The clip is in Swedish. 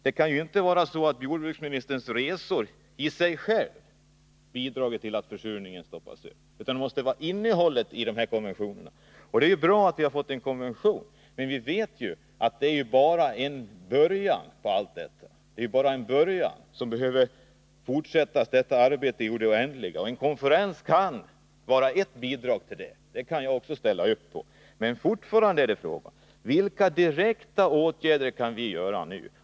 Det kan ju inte vara så att det är jordbruksministerns resor i och för sig som bidrar till att försurningen stoppas, utan det måste väl vara innehållet i konventionerna. Det är bra att vi har fått en konvention, men vi vet att den bara är en början på allt detta arbete, som behöver fortsätta i det oändliga. En konferens kan vara ert bidrag, det kan jag hålla med om, men fortfarande är frågan: Vilka direkta åtgärder kan vi vidta nu?